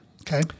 okay